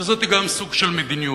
שגם זה סוג של מדיניות.